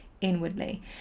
inwardly